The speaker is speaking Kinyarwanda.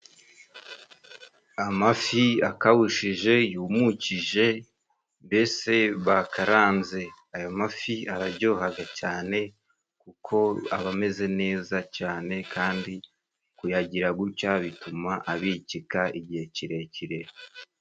Amafi akawushije yumukije mbese bakaranze. Ayo mafi araryohaga cyane kuko aba ameze neza cyane kandi kuyagira gutya, bituma abikika igihe kirekire.